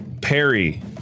Perry